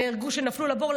שנהרגו כשנפלו לבור,